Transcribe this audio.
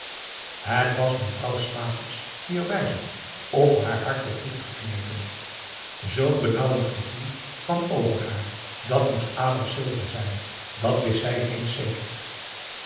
het was mevrouw slaters die erbij zat of haar hart werd dichtgeknepen zoo'n benauwend gevoel kwam over haar dat moest adam silver zijn dat wist zij ineens zeker